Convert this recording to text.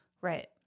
Right